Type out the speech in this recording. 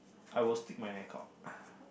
I will stick my neck out